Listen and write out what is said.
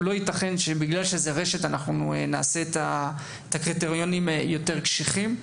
לא ייתכן שבגלל שזה רשת אנחנו נעשה את הקריטריונים יותר קשיחים.